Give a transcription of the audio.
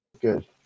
good